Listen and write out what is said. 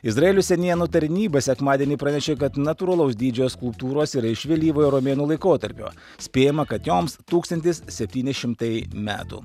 izraelio senienų tarnyba sekmadienį pranešė kad natūralaus dydžio skulptūros yra iš vėlyvojo romėnų laikotarpio spėjama kad joms tūkstantis septyni šimtai metų